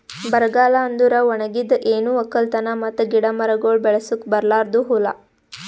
ಬರಗಾಲ ಅಂದುರ್ ಒಣಗಿದ್, ಏನು ಒಕ್ಕಲತನ ಮತ್ತ ಗಿಡ ಮರಗೊಳ್ ಬೆಳಸುಕ್ ಬರಲಾರ್ದು ಹೂಲಾ